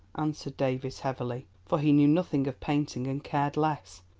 answered davies heavily, for he knew nothing of painting and cared less,